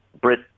Brit